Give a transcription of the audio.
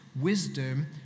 Wisdom